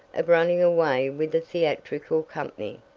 of running away with a theatrical company.